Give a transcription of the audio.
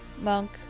Monk